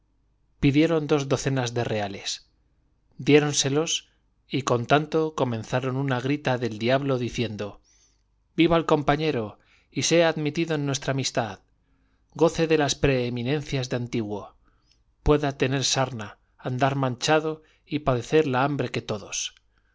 pidieron dos docenas de reales diéronselos y con tanto comenzaron una grita del diablo diciendo viva el compañero y sea admitido en nuestra amistad goce de las preeminencias de antiguo pueda tener sarna andar manchado y padecer la hambre que todos